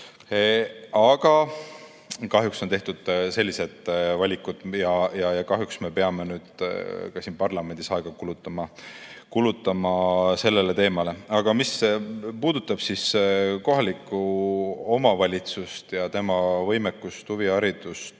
Aga kahjuks on tehtud sellised valikud ja kahjuks me peame ka siin parlamendis aega kulutama sellele teemale. Mis puudutab kohalikku omavalitsust ja tema võimekust huviharidust